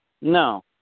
No